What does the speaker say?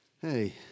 hey